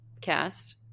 cast